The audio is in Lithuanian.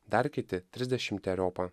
dar kiti trisdešimteriopą